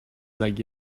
like